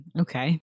okay